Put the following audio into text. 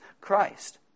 Christ